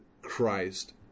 Christ